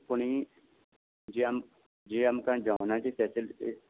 पूण ही जी आम आमकां जेवणाची फॅसलिटी